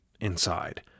inside